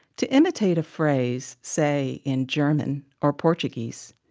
to imitate a phrase, say, in german or portuguese,